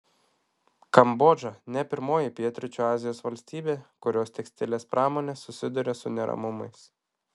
kambodža ne pirmoji pietryčių azijos valstybė kurios tekstilės pramonė susiduria su neramumais